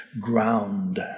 ground